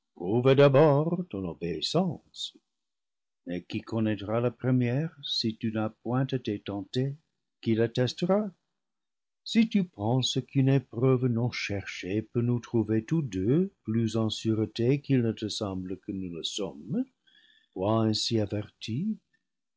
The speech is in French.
mais qui connaîtra la première si tu n'as point été tentée qui l'attes tera si tu penses qu'une épreuve non cherchée peut nous trouver tous deux plus en sûreté qu'il ne te semble que nous le sommes toi ainsi avertie